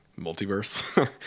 multiverse